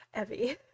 Evie